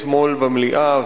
אתמול במליאה,